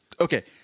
Okay